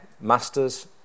masters